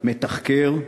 מתחקר,